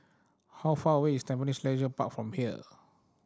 how far away is Tampines Leisure Park from here